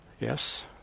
Yes